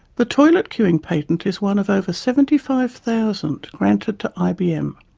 the toilet queuing patent is one of over seventy five thousand granted to ibm.